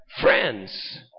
friends